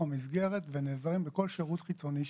המסגרת ונעזרים בכל שירות חיצוני שאפשר.